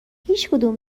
هیچدوم